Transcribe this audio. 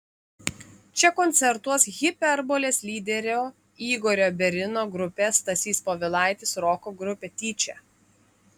čia koncertuos hiperbolės lyderio igorio berino grupė stasys povilaitis roko grupė tyčia